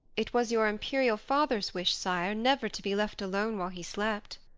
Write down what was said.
it was your imperial father's wish, sire, never to be left alone while he slept.